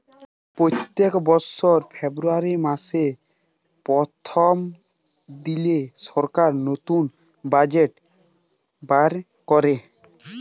প্যত্তেক বসর ফেব্রুয়ারি মাসের পথ্থম দিলে সরকার লতুল বাজেট বাইর ক্যরে